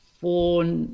four